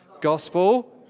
gospel